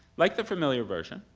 like the familiar version,